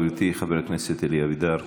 להורים שלי לא עשו מבחני יהדות כשהם באו לישראל,